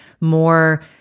more